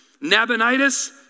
Nabonidus